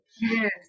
Yes